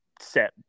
set